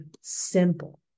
simple